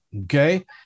Okay